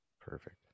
Perfect